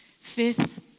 Fifth